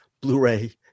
Blu-ray